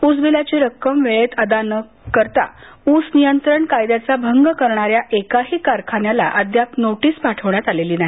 ऊसबिलाची रक्कम वेळेत अदा न करता ऊस नियंत्रण कायद्याचा भंग करणाऱ्या एकही कारखान्याला अद्याप नोटीस पाठवण्यात आलेली नाही